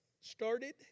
started